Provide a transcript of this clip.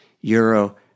euro